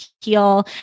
heal